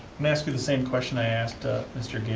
um ask you the same question i asked mr. gagan,